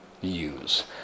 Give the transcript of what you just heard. use